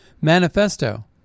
manifesto